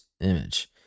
image